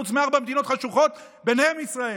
חוץ מארבע מדינות חשוכות וביניהן ישראל.